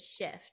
shift